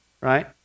Right